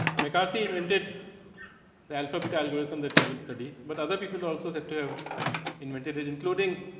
mccarthy invented the alpha beta i will go with them that we will study. but, other people also set a have invented a including